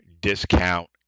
discount